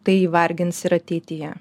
tai vargins ir ateityje